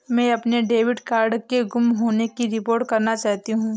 मैं अपने debit card के गुम होने की रिपोर्ट करना चाहती हूँ